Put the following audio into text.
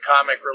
comic